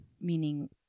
meaning